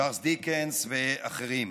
צ'רלס דיקנס ואחרים.